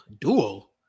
duo